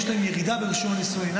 יש להן ירידה ברישום הנישואין.